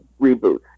reboot